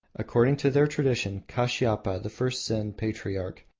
according to their tradition kashiapa, the first zen patriarch,